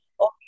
okay